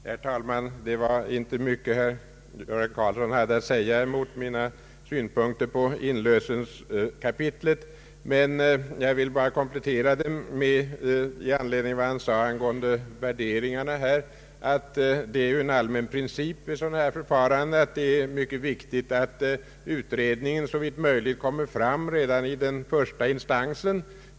Herr talman! Det var inte mycket herr Göran Karlsson hade att säga emot mina synpunkter på inlösenskapitlet, men jag vill göra en liten komplettering i anledning av vad han sade angående värderingarna. Vid sådana här förfaranden är det en allmän princip att utredning såvitt möjligt bör föreligga redan i den första instansen.